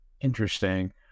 Interesting